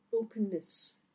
openness